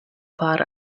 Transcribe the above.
pār